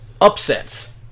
upsets